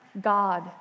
God